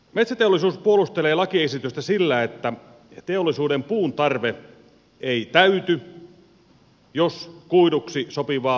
metsäteollisuus puolustelee lakiesitystä sillä että teollisuuden puuntarve ei täyty jos kuiduksi sopivaa puuta poltetaan